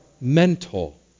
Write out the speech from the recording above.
mental